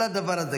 לדבר הזה,